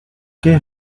qué